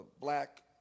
black